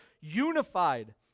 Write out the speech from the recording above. unified